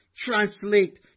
Translate